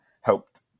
helped